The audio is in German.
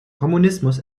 kommunismus